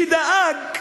שדאג,